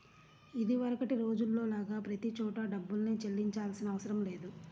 ఇదివరకటి రోజుల్లో లాగా ప్రతి చోటా డబ్బుల్నే చెల్లించాల్సిన అవసరం లేదు